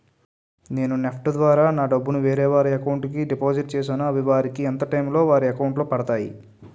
నేను నెఫ్ట్ ద్వారా నా డబ్బు ను వేరే వారి అకౌంట్ కు డిపాజిట్ చేశాను అవి వారికి ఎంత టైం లొ వారి అకౌంట్ లొ పడతాయి?